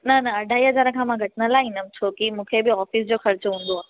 न न अढाई हज़ार खां मां घटि न लहिदमि छो की मूंखे बि ऑफ़िस जो ख़र्चो हूंदो आहे